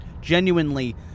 genuinely